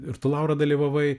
ir tu laura dalyvavai